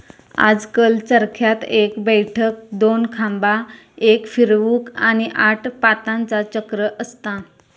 आजकल चरख्यात एक बैठक, दोन खांबा, एक फिरवूक, आणि आठ पातांचा चक्र असता